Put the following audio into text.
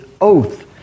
oath